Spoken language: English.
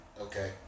okay